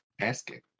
asking